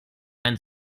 ein